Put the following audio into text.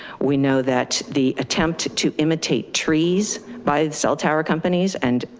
we know that the attempt to imitate trees by the cell tower companies and.